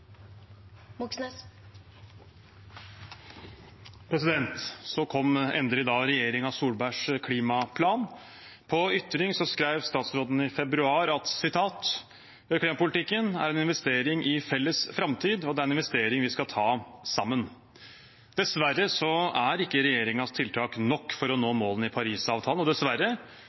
investering i felles framtid, og det er ei investering vi skal ta saman.» Dessverre er ikke regjeringens tiltak nok for å nå målene i Parisavtalen, og dessverre,